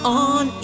on